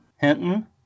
Hinton